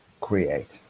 create